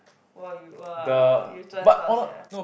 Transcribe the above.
!wah! you !wah! you 全套 sia